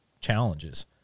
challenges